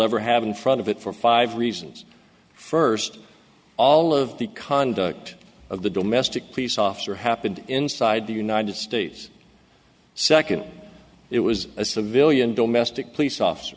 ever have in front of it for five reasons first all of the conduct of the domestic police officer happened inside the united states second it was a civilian don't mess to police officer